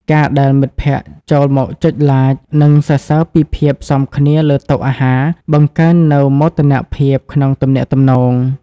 ការដែលមិត្តភក្ដិចូលមកចុច Like និងសរសើរពីភាពសមគ្នាលើតុអាហារ បង្កើននូវមោទនភាពក្នុងទំនាក់ទំនង។